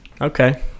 Okay